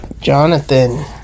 Jonathan